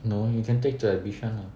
no we can take to like bishan lah